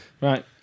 Right